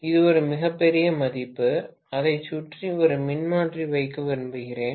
இது ஒரு மிகப் பெரிய மதிப்பு அதைச் சுற்றி ஒரு மின்மாற்றி வைக்க விரும்புகிறேன்